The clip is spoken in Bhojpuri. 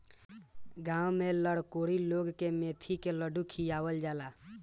गांव में लरकोरी लोग के मेथी के लड्डू खियावल जाला